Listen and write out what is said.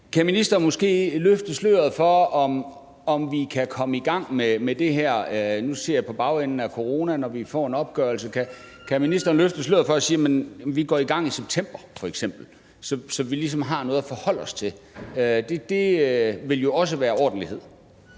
Kan ministeren måske løfte sløret for, om vi kan komme i gang med det her, nu siger jeg på bagenden af coronaen, når vi får en opgørelse? Kan ministeren løfte sløret og sige, om vi f.eks. går i gang i september, så vi ligesom har noget at forholde os til? Det ville jo også være ordentlighed.